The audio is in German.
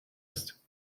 ist